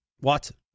Watson